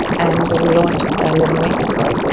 and we launched eleven weeks ago,